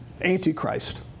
Antichrist